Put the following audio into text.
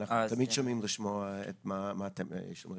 אנחנו תמיד שמחים לשמוע את מה שיש לכם לומר,